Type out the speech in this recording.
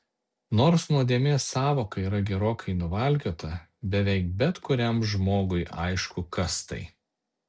nors nuodėmės sąvoka yra gerokai nuvalkiota beveik bet kuriam žmogui aišku kas tai